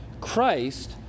Christ